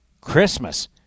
Christmas